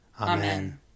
Amen